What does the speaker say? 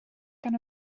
gan